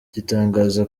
gitangaza